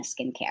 Skincare